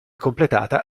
completata